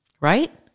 right